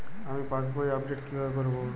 আমি পাসবই আপডেট কিভাবে করাব?